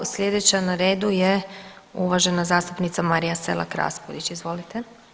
Sljedeća na redu je uvažena zastupnica Marija Selak Raspudić, izvolite.